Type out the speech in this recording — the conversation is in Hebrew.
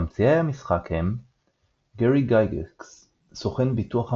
ממציאי המשחק הם גארי גייגקס – סוכן ביטוח אמריקאי,